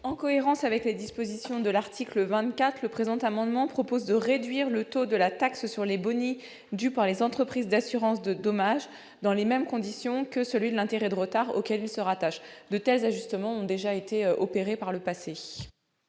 En cohérence avec les dispositions de l'article 24, le présent amendement tend à réduire le taux de la taxe sur les bonis dus par les entreprises d'assurance de dommages dans les mêmes conditions que celui de l'intérêt de retard, auquel il se rattache. De tels ajustements ont déjà été opérés par le passé.